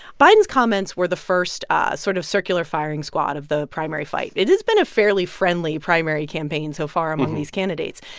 biden's comments were the first ah sort of circular firing squad of the primary fight it has been a fairly friendly primary campaign so far among these candidates.